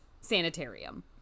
Sanitarium